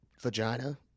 Vagina